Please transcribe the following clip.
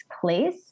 place